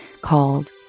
called